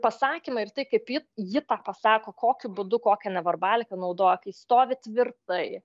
pasakymai ir tai kaip ji ji tą pasako kokiu būdu kokia neverbaliką naudoja kai stovi tvirtai